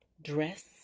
dress